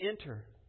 enter